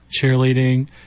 cheerleading